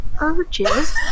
urges